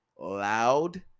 loud